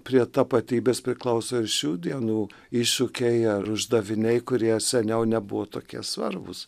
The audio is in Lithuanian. prie tapatybės priklauso ir šių dienų iššūkiai ar uždaviniai kurie seniau nebuvo tokie svarbūs